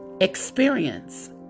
experience